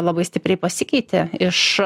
labai stipriai pasikeitė iš